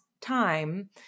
time